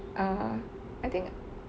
err I think